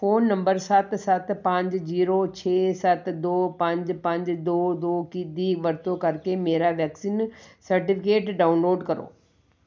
phone number ਸੱਤ ਸੱਤ ਪੰਜ ਜੀਰੋ ਛੇ ਸੱਤ ਦੋ ਪੰਜ ਪੰਜ ਦੋ ਦੋ ਦੀ ਵਰਤੋਂ ਕਰਕੇ ਮੇਰਾ ਵੈਕਸੀਨ ਸਰਟੀਫਿਕੇਟ ਡਾਊਨਲੋਡ ਕਰੋ